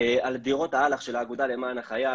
על דירות האל"ח של האגודה למען החייל